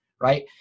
right